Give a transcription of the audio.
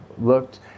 looked